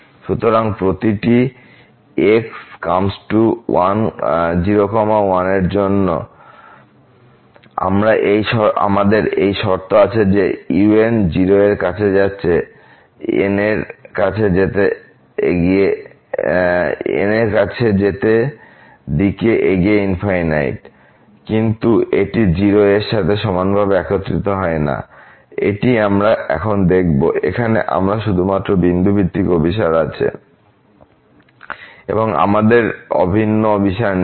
সুতরাং প্রতিটি x∈ 01 এর জন্য আমাদের এই শর্ত আছে যে un 0 এর কাছে যাচ্ছে n এর কাছে যেতে দিকে এগিয়ে কিন্তু এটি 0 এর সাথে সমানভাবে একত্রিত হয় না এটি আমরা এখন দেখব এখানে আমরা শুধুমাত্র বিন্দুভিত্তিক অভিসার আছে এবং আমাদের অভিন্ন অভিসার নেই